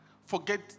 forget